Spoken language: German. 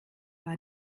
war